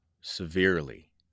severely